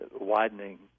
widening